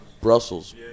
Brussels